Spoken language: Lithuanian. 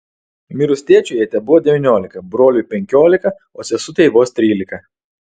mirus tėčiui jai tebuvo devyniolika broliui penkiolika o sesutei vos trylika